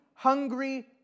hungry